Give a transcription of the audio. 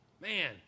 Man